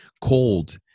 cold